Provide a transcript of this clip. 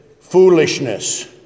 foolishness